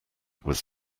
was